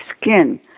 skin